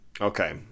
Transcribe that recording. Okay